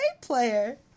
player